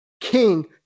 King